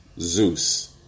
Zeus